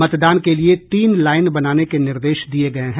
मतदान के लिए तीन लाईन बनाने के निर्देश दिये गये हैं